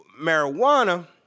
marijuana